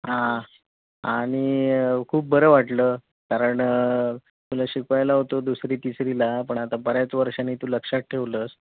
हां आणि खूप बरं वाटलं कारण तुला शिकवायला होतो दुसरी तिसरीला पण आता बऱ्याच वर्षानी तू लक्षात ठेवलंस